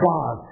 God